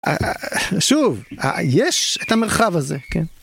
שוב יש את המרחב הזה כן.